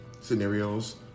scenarios